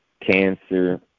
cancer